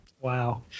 Wow